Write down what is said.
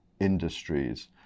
industries